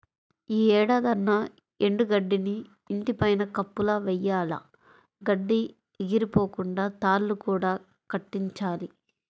యీ ఏడాదన్నా ఎండు గడ్డిని ఇంటి పైన కప్పులా వెయ్యాల, గడ్డి ఎగిరిపోకుండా తాళ్ళు కూడా కట్టించాలి